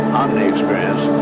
omni-experience